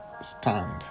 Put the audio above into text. stand